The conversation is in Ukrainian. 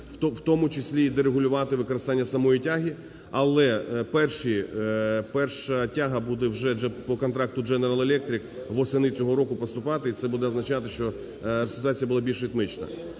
в тому числі й дерегулювати використання самої тяги, але перші… перша тяга буде вже по контракту General Electric восени цього року поступати, і це буде означати, що ситуація буде більш ритмічна.